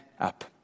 up